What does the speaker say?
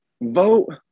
Vote